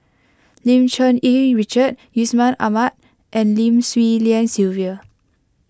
Lim Cherng Yih Richard Yusman Aman and Lim Swee Lian Sylvia